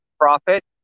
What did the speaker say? profit